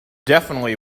definitely